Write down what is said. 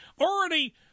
already